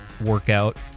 workout